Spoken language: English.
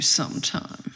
sometime